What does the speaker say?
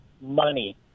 money